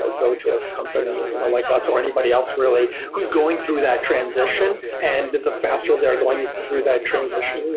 ah go to a company you know like us or anybody else really who is going through that transition and the faster they're going through that transition,